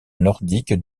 nordique